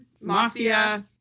Mafia